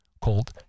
called